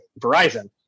Verizon